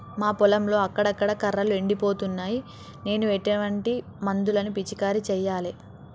మా పొలంలో అక్కడక్కడ కర్రలు ఎండిపోతున్నాయి నేను ఎటువంటి మందులను పిచికారీ చెయ్యాలే?